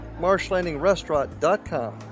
marshlandingrestaurant.com